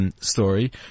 story